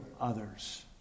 others